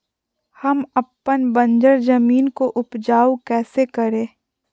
हम अपन बंजर जमीन को उपजाउ कैसे करे?